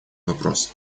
вопросы